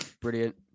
Brilliant